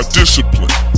discipline